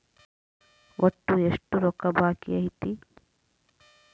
ಒಟ್ಟು ಎಷ್ಟು ರೊಕ್ಕ ಬಾಕಿ ಐತಿ?